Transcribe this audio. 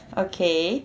okay